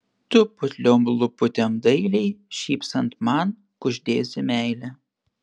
tu putliom lūputėm dailiai šypsant man kuždėsi meilę